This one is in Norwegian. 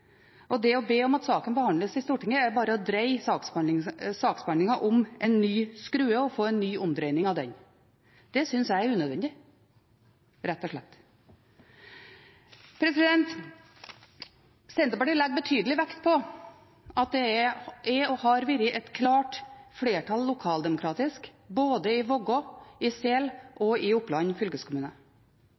og det å be om at saken behandles i Stortinget på ny, er bare å få en ny omdreining på skruen. Det synes jeg er unødvendig rett og slett. Senterpartiet legger betydelig vekt på at det er og har vært et klart flertall lokaldemokratisk både i Vågå, i Sel og i Oppland fylkeskommune.